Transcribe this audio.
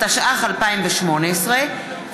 התשע"ח 2018,